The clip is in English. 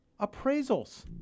appraisals